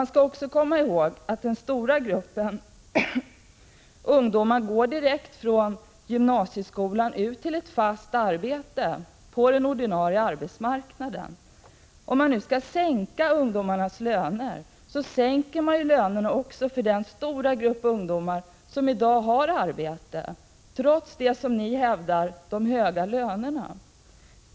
Likaså bör man beakta att ungdomar går direkt från gymnasieskolan ut till ett fast arbete på den ordinarie arbetsmarknaden. Om man skulle sänka dessa ungdomars löner, måste man ju sänka lönerna också för den stora grupp ungdomar som i dag har arbete, trots de enligt er uppfattning höga lönerna.